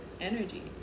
energy